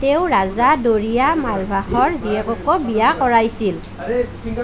তেওঁ ৰাজা দৰিয়া মালভাসৰ জীয়েককো বিয়া কৰাইছিল